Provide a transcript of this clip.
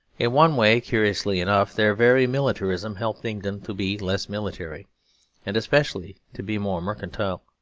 in one way, curiously enough, their very militarism helped england to be less military and especially to be more mercantile.